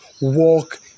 walk